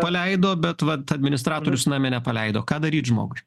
paleido bet vat administratorius name nepaleido ką daryt žmogui